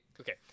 okay